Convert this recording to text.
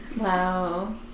Wow